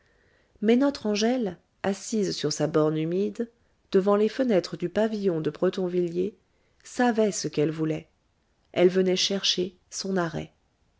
mais notre angèle assise sur sa borne humide devant les fenêtres du pavillon de bretonvilliers savait ce qu'elle voulait elle venait chercher son arrêt